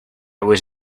was